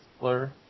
blur